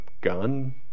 gun